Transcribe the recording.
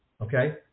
okay